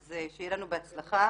אז שיהיה לנו בהצלחה